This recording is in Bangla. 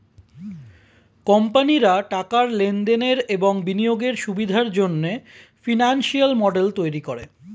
কোম্পানিরা টাকার লেনদেনের এবং বিনিয়োগের সুবিধার জন্যে ফিনান্সিয়াল মডেল তৈরী করে